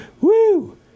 Woo